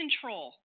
control